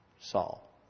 Saul